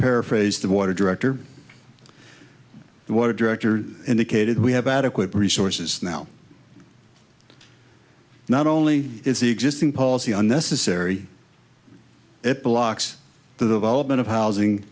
paraphrase the water director the water director indicated we have adequate resources now not only is the existing policy unnecessary it blocks the development of housing